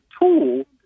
tool